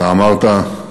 אתה אמרת: